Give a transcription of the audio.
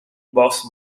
boss